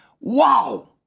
Wow